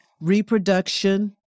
reproduction